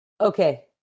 Okay